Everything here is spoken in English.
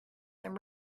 and